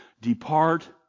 depart